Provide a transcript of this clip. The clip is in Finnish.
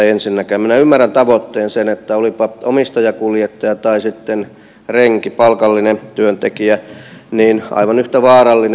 minä ymmärrän tavoitteen sen että olipa omistajakuljettaja tai sitten renki palkallinen työntekijä niin on aivan yhtä vaarallinen